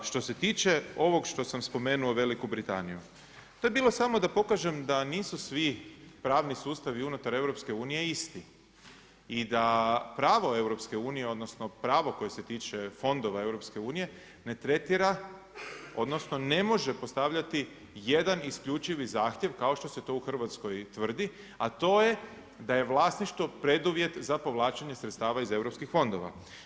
Što se tiče ovog što sam spomenuo Veliku Britaniju, to je bilo samo da pokažem da nisu svi pravni sustavi unutar EU isti i da pravo EU, odnosno pravo koje se tiče fondova EU ne tretira, odnosno ne može postavljati jedan isključivi zahtjev kao što se to u Hrvatskoj tvrdi, a to je da je vlasništvo preduvjet za povlačenje sredstava iz EU fondova.